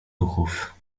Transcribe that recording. ruchów